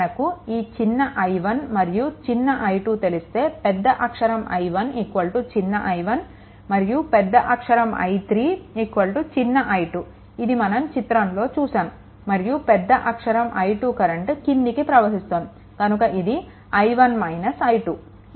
మనకు ఈ చిన్న i1 మరియు చిన్న i2 తెలిస్తే పెద్ద అక్షరం I1 చిన్న i1 మరియు పెద్ద అక్షరం I3 చిన్న i2 ఇది మనం చిత్రంలో చూసాము మరియు పెద్ద అక్షరం I2 కరెంట్ క్రిందికి ప్రవహిస్తోంది కనుక ఇది i1 - i2